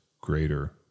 greater